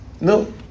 No